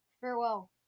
Farewell